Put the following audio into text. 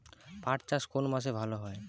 পাট চাষ কোন মাসে ভালো হয়?